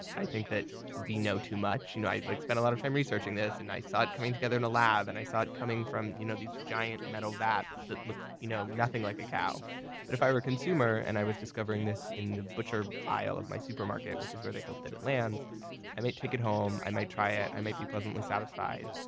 i think that we know too much. you know i like spent a lot of time researching this, and i saw it coming together in a lab. and i saw it coming from you know these giant metal vats that look you know nothing like a cow but if i were a consumer, and i was discovering this in the butcher aisle of my supermarket which is where they hope that it lands i might take it home, i might try it, i might be pleasantly satisfied.